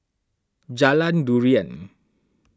Jalan Durian